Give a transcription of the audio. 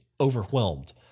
overwhelmed